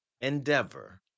endeavor